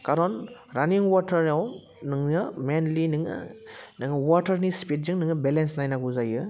खारन रानिं अवाटाराव नोंनिया मेइनलि नोङो नों अवाटारनि स्पिडजों नोङो बेलेन्स नायनांगौ जायो